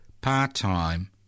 part-time